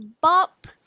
Bop